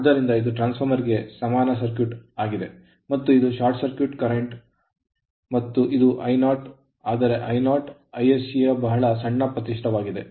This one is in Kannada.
ಆದ್ದರಿಂದ ಇದು ಟ್ರಾನ್ಸ್ ಫಾರ್ಮರ್ ಗೆ ಸಮಾನವಾದ ಸರ್ಕ್ಯೂಟ್ ಆಗಿದೆ ಮತ್ತು ಇದು ಶಾರ್ಟ್ ಸರ್ಕ್ಯೂಟ್ current ಪ್ರವಾಹವಾಗಿದೆ ಮತ್ತು ಇದು I0 ಆದರೆ I0 Isc ಯ ಬಹಳ ಸಣ್ಣ ಪ್ರತಿಶತವಾಗಿದೆ